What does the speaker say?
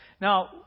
Now